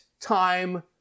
time